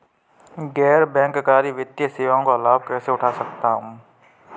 गैर बैंककारी वित्तीय सेवाओं का लाभ कैसे उठा सकता हूँ?